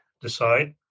decide